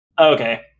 okay